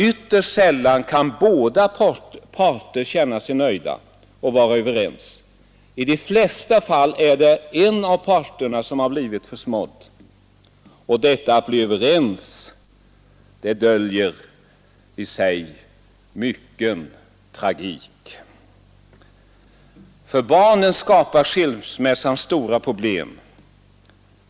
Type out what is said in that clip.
Ytterst sällan kan båda parter känna sig nöjda och vara överens. I de flesta fall är det en av parterna som blivit försmådd. Detta att bli överens kan i sig dölja mycken tragik. För barnen skapar skilsmä an stora problem.